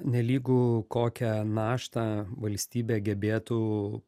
nelygu kokią naštą valstybė gebėtų